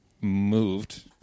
moved